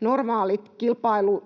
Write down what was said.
normaalit